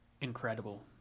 incredible